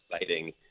exciting